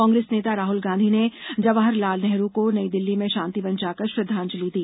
कांग्रेस नेता राहुल गांधी ने जवाहर लाल नेहरू को नई दिल्ली में शांति वन जाकर श्रद्वांजलि दी